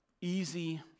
easy